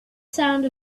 sound